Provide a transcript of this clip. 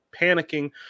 panicking